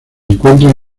encuentran